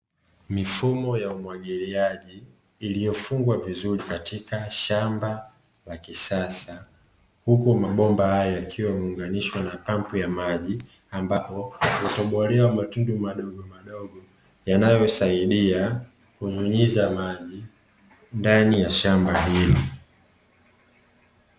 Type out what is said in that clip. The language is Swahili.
Mifumo ya umwagiliaji iliyofungwa vizuri katika shamba la kisasa huku mabomba hayo yakiwa yameunganishwa na pampu ya maji ambayo imetobolewa matundu madogo madogo yanayosaidia kunyunyiza maji ndani ya shamba hili.